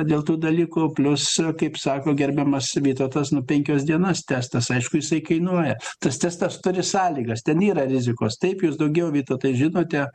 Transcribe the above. dėl tų dalykų plius kaip sako gerbiamas vytautas nu penkias dienas testas aišku jisai kainuoja tas testas turi sąlygas ten yra rizikos taip jūs daugiau vytautai žinote